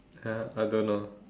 !huh! I don't know